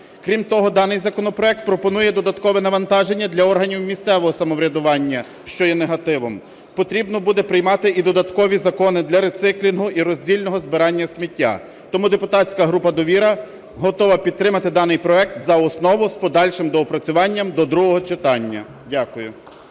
Крім того, даний законопроект пропонує додаткове навантаження для органів місцевого самоврядування, що є негативом. Потрібно буде приймати і додаткові закони для рециклінгу і роздільного збирання сміття. Тому депутатська група "Довіра" готова підтримати даний проект за основу з подальшим доопрацюванням до другого читання. Дякую.